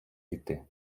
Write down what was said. іти